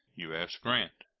u s. grant.